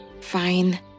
Fine